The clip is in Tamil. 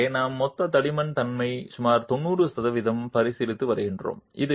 இங்கே நாம் மொத்த தடிமன் தன்னை சுமார் 90 சதவீதம் பரிசீலித்து வருகிறோம்